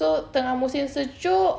so tengah musim sejuk